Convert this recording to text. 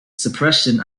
suppression